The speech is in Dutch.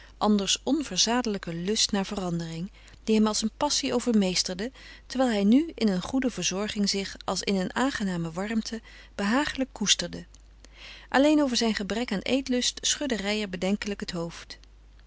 anders onverzadelijken lust naar verandering die hem als een passie overmeesterde terwijl hij nu in een goede verzorging zich als in een aangename warmte behagelijk koesterde alleen over zijn gebrek aan eetlust schudde reijer bedenkelijk het hoofd